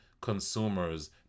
consumers